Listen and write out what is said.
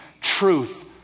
truth